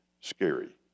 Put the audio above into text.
scary